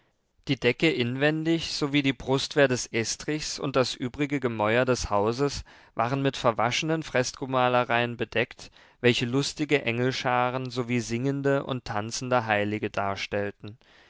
die decke inwendig sowie die brustwehr des estrichs und das übrige gemäuer des hauses waren mit verwaschenen freskomalereien bedeckt welche lustige engelscharen sowie singende und tanzende heilige darstellten